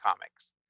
comics